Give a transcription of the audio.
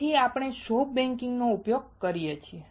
તેથી જ આપણે સોફ્ટ બેકિંગ નો ઉપયોગ કરીએ છીએ